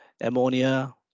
ammonia